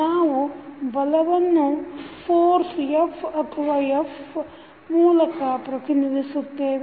ನಾವು ಬಲವನ್ನು force f ಅಥವಾ F ಮೂಲಕ ಪ್ರತಿನಿಧಿಸುತ್ತೇವೆ